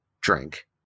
drink